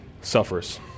suffers